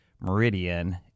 Meridian